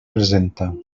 presenta